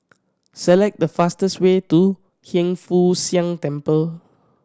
select the fastest way to Hiang Foo Siang Temple